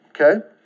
Okay